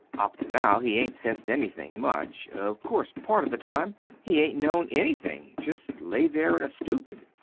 up to now he hain't sensed anything, much. of course, part of the time he hain't known anything jest lay there in a stupid.